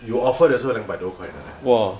有 offer 的时候两百多块的 leh